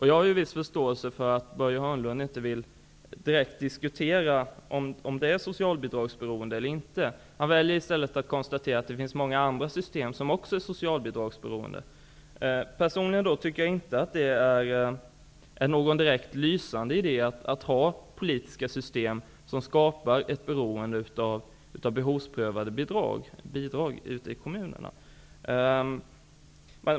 Jag har viss förståelse för att Börje Hörnlund inte direkt vill diskutera om det handlar om socialbidragsberoende eller inte. Han väljer i stället att konstatera att det finns många andra system som också ger socialbidragsberoende. Personligen tycker jag inte att det är någon lysande idé att ha politiska system, som skapar beroende av behovsprövade bidrag ute i kommunerna.